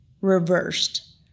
reversed